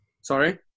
Sorry